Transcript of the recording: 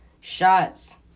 Shots